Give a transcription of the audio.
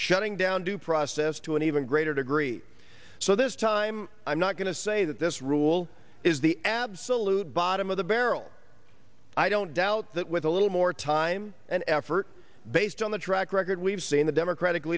shutting down due process to an even greater degree so this time i'm not going to say that this rule is the absolute bottom of the barrel i don't doubt that with a little more time and effort based on the track record we've seen the democratic